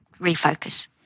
refocus